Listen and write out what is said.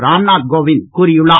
ராம்நாத் கோவிந்த் கூறியுள்ளார்